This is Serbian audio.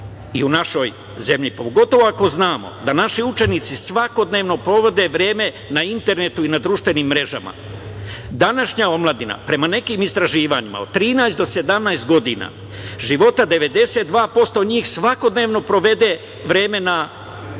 i u našoj zemlji, pogotovo ako znamo da naši učenici svakodnevno provode vreme na internetu i na društvenim mrežama. Današnja omladina, prema nekim istraživanjima, od 13 do 17 godina života, 92% njih svakodnevno provede vreme na